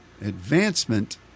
Advancement